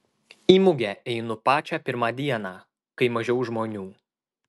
į mugę einu pačią pirmą dieną kai mažiau žmonių